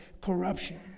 corruption